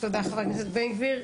חבר הכנסת בן גביר.